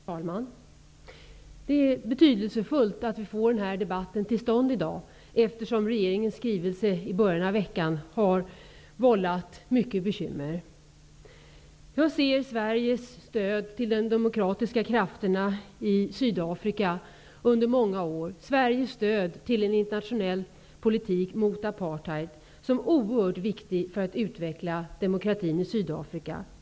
Herr talman! Det är betydelsefullt att den här debatten har kommit till stånd i dag, eftersom regeringens skrivelse som kom i början av veckan har vållat mycket bekymmer. Jag ser det stöd som Sverige har givit till de demokratiska krafterna i Sydafrika under många år, Sveriges stöd till en internationell politik mot apartheid, som oerhört viktigt för att utveckla demokratin i Sydafrika.